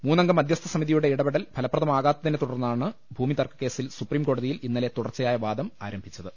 മൂന്നംഗ മധ്യസ്ഥ സമിതിയുടെ ഇടപെടൽ ഫലപ്രദമാകാത്തതിനെ തുടർന്നാണ് ഭൂമി തർക്ക കേസിൽ സുപ്രിംകോടതിയിൽ ഇന്നലെ തുടർച്ചയായ വാദം ആരംഭിച്ചത്